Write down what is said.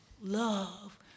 love